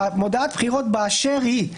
הוא אומר: במודעת בחירות באשר היא,